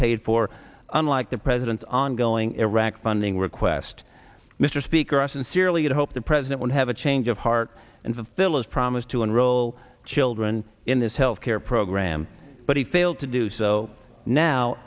paid for unlike the president's ongoing iraq funding request mr speaker i sincerely hope the president will have a change of heart and phillis promise to enroll children in this health care program but he failed to do so now